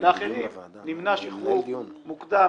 לאחרים נמנע שחרור מוקדם,